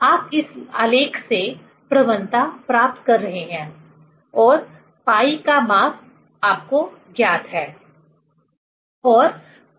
आप इस आलेख से प्रवणता प्राप्त कर रहे हैं और पाई का माप आपको ज्ञात है